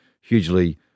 hugely